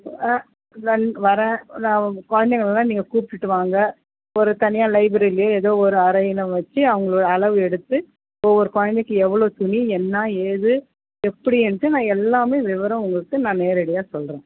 வரேன் நான் உங்கள் குழந்தைகள வேணா நீங்கள் கூப்பிட்டுட்டு வாங்க ஒரு தனியாக லைப்ரரிலியோ எதோ ஒரு அறையில் வச்சி அவங்கள அளவு எடுத்து ஒவ்வொரு குழந்தைக்கி எவ்வளோ துணி என்ன ஏது எப்படியின்ட்டு நான் எல்லாமே விவரம் உங்களுக்கு நான் நேரடியாக சொல்கிறேன்